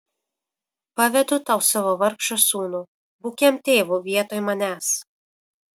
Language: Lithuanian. pavedu tau savo vargšą sūnų būk jam tėvu vietoj manęs